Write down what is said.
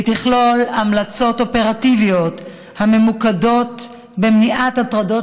היא תכלול המלצות אופרטיביות הממוקדות במניעת הטרדות